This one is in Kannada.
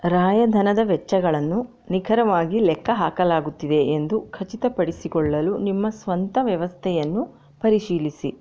ರಾಯಧನದ ವೆಚ್ಚಗಳನ್ನು ನಿಖರವಾಗಿ ಲೆಕ್ಕ ಹಾಕಲಾಗುತ್ತಿದೆ ಎಂದು ಖಚಿತಪಡಿಸಿಕೊಳ್ಳಲು ನಿಮ್ಮ ಸ್ವಂತ ವ್ಯವಸ್ಥೆಯನ್ನು ಪರಿಶೀಲಿಸಿ